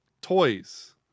toys